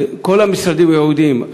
כל המשרדים הייעודיים,